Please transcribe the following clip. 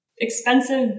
expensive